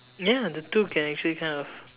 ya the two can actually kind of